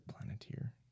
Planeteer